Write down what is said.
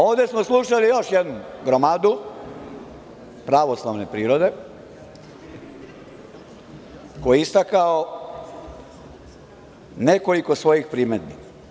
Ovde smo slušali još jednu gromadu pravoslavne prirode, koji je istakao nekoliko svojih primedbi.